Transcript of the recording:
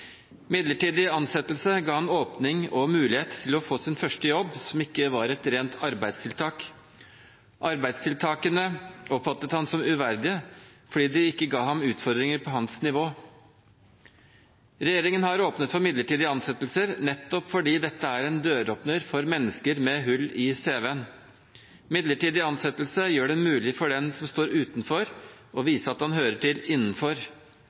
Midlertidig ansettelse ga ham åpning og mulighet til å få sin første jobb som ikke var et rent arbeidstiltak. Arbeidstiltakene oppfattet han som uverdige fordi de ikke ga ham utfordringer på hans nivå. Regjeringen har åpnet for midlertidige ansettelser nettopp fordi dette er en døråpner for mennesker med hull i CV-en. Midlertidig ansettelse gjør det mulig for den som står utenfor, å vise at han hører til innenfor.